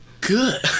good